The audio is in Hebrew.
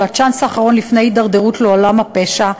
הצ'אנס האחרון לפני התדרדרות לעולם הפשע,